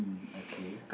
okay